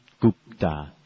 Gupta